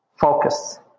Focus